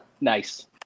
Nice